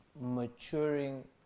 maturing